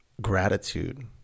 gratitude